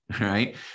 Right